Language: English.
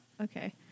Okay